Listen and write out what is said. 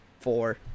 four